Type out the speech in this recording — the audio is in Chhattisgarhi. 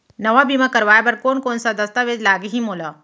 नवा बीमा करवाय बर कोन कोन स दस्तावेज लागही मोला?